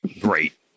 Great